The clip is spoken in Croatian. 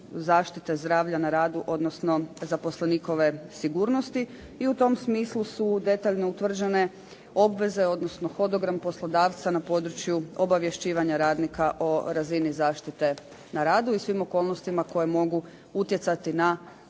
zaštite zdravlja na radu odnosno zaposlenikove sigurnosti, i u tom smislu su detaljno utvrđene obveze odnosno hodogram poslodavca na području obavješćivanja radnika o razini zaštite na radu i svim okolnostima koje mogu utjecati na sadašnju